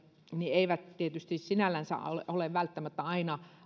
eivät tietenkään sinällänsä ole ole välttämättä aina